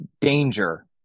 danger